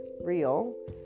real